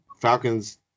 Falcons